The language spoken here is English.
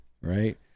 right